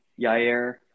Yair